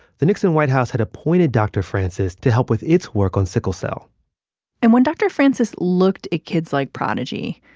the nixon white house had appointed dr. francis to help with its work on sickle cell and when dr. francis looked at kids like prodigy,